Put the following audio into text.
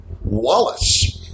Wallace